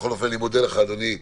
בכל אופן, אני מודה לך, אדוני,